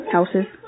Houses